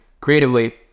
creatively